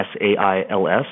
S-A-I-L-S